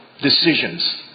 decisions